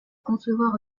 concevoir